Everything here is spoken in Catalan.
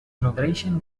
nodreixen